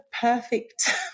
perfect